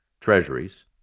treasuries